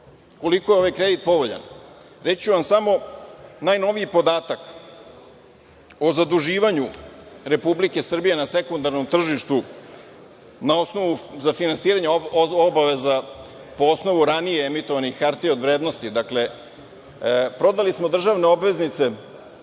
koliko je ovaj kredit povoljan, reći ću vam samo najnoviji podatak o zaduživanju Republike Srbije na sekundarnom tržištu za finansiranje obaveza po osnovu ranije emitovanih hartija od vrednosti. Dakle, prodali smo državne obveznice